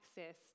access